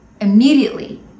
immediately